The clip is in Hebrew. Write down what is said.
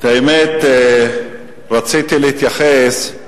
את האמת, רציתי להתייחס,